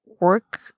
work